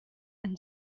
and